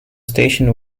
station